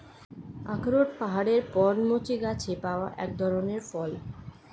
আখরোট পাহাড়ের পর্ণমোচী গাছে পাওয়া এক ধরনের ফল